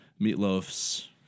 Meatloaf's